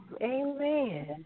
Amen